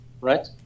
right